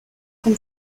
con